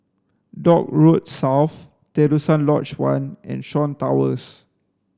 Dock Road South Terusan Lodge One and Shaw Towers